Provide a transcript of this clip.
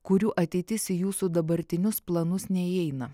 kurių ateitis į jūsų dabartinius planus neįeina